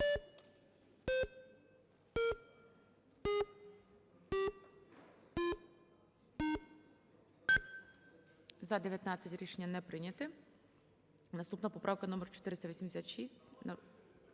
За-25 Рішення не прийнято. Наступна поправка номер 490.